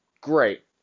Great